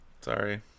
sorry